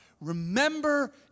Remember